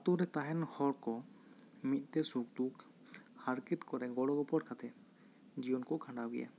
ᱟᱹᱛᱩ ᱨᱮ ᱛᱟᱦᱮᱸᱱ ᱦᱚᱲ ᱠᱚ ᱢᱤᱫ ᱛᱮ ᱥᱩᱠ ᱫᱩᱠᱷ ᱦᱟᱨᱠᱷᱮᱛ ᱠᱚᱨᱮ ᱜᱚᱲᱚ ᱜᱚᱯᱚᱲ ᱠᱟᱛᱮᱫ ᱡᱤᱭᱚᱱ ᱠᱚ ᱠᱷᱟᱸᱰᱟᱣ ᱜᱮᱭᱟ